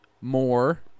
more